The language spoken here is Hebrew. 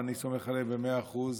ואני סומך עליהם במאה אחוז.